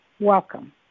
welcome